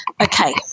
Okay